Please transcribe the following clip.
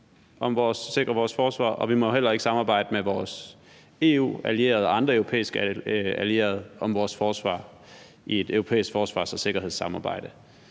om at sikre vores forsvar, og at vi heller ikke må samarbejde med vores EU-allierede og andre europæiske allierede om vores forsvar i et europæisk forsvars- og sikkerhedssamarbejde.